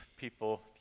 people